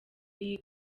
iyi